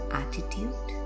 attitude